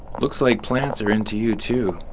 looks like plants are into you too.